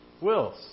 wills